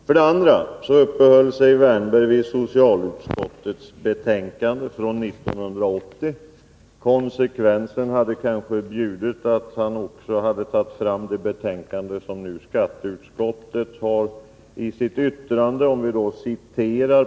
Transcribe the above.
För det andra uppehöll sig Erik Wärnberg vid socialutskottets betänkande från 1980. Konsekvensen hade kanske bjudit att han också hade tagit fram Nr 140 det yttrande som socialutskottet har i skatteutskottets betänkande.